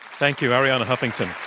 thank you, arianna huffington.